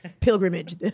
pilgrimage